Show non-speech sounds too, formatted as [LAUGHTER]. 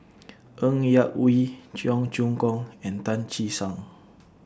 [NOISE] Ng Yak Whee Cheong Choong Kong and Tan Che Sang